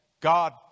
God